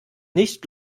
nicht